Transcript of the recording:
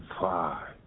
five